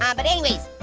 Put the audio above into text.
um but anyways,